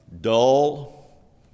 dull